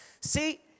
See